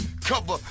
Cover